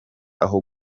aho